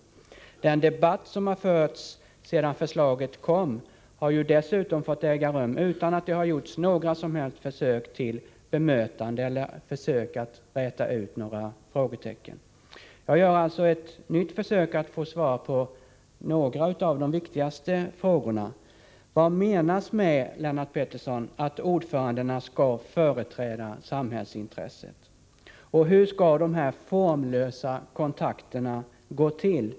Dessutom har den debatt som förts alltsedan förslaget presenterades ägt rum utan att några som helst försök gjorts att bemöta frågeställarna eller att räta ut några av de frågetecken som finns. Jag vill dock ha svar på några av de viktigaste frågorna. Därför gör jag ett nytt försök och frågar således Lennart Pettersson: Vad menas med formuleringen att ordförandena skall företräda samhällsintresset? Och hur skall de här formlösa kontakterna gå till?